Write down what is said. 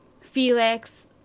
Felix